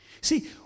See